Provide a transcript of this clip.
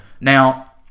now